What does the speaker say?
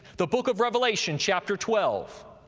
the book of revelation, chapter twelve,